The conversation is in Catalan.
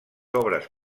obres